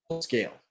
scale